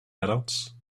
adults